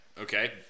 Okay